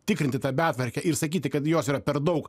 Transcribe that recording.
tikrinti tą betvarkę ir sakyti kad jos yra per daug